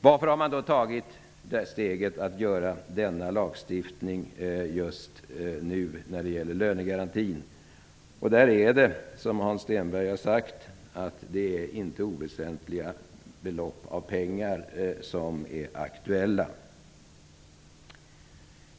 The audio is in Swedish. Varför har man tagit steget att genomföra den här lagstiftningen just nu beträffande lönegarantin? Som Hans Stenberg har sagt är det inte oväsentliga belopp som är aktuella.